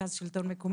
אני ממרכז שלטון מקומי.